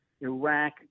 Iraq